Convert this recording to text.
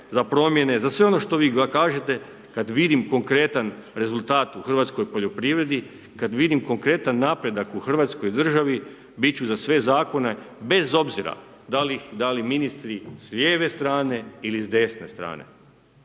za promjene, za sve ono što vi kažete kad vidim konkretan rezultat u hrvatskoj poljoprivredi, kad vidim konkretan napredak u Hrvatskoj državi, biti ću za sve zakone, bez obzira da li ih, da li ministri s lijeve strane ili s desne strane,